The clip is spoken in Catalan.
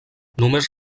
només